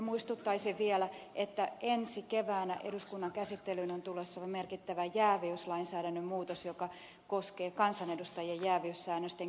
muistuttaisin vielä että ensi keväänä eduskunnan käsittelyyn on tulossa merkittävä jääviyslainsäädännön muutos joka koskee kansanedustajien jääviyssäännösten kiristämistä